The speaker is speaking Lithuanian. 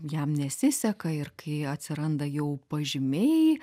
jam nesiseka ir kai atsiranda jau pažymiai